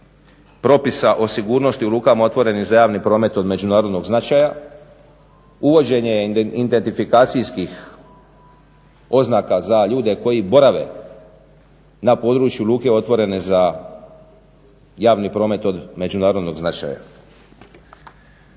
propisa o sigurnosti u rukama otvorenih za javni promet od međunarodnog značaja, uvođenje identifikacijskih oznaka za ljude koji borave na području luke otvorene za javni promet od međunarodnog značaja.